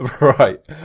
Right